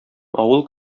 авыл